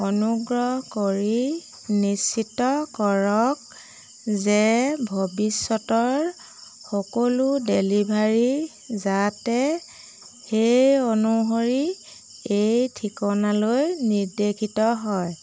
অনুগ্ৰহ কৰি নিশ্চিত কৰক যে ভৱিষ্যতৰ সকলো ডেলিভাৰী যাতে সেই অনুসৰি এই ঠিকনালৈ নিৰ্দেশিত হয়